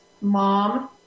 mom